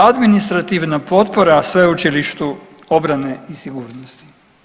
Administrativna potpora Sveučilištu obrane i sigurnosti.